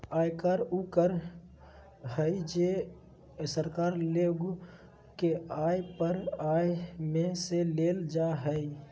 आयकर उ कर हइ जे सरकार लोग के आय पर आय में से लेल जा हइ